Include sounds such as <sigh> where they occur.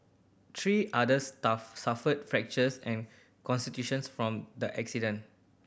three others stuff suffered fractures and <unintelligible> from the accident